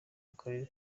akarere